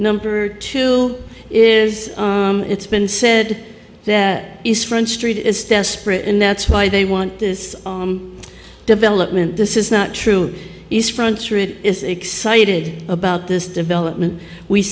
number two is it's been said that is front street is desperate and that's why they want this development this is not true fronts or it is excited about this development we